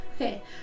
Okay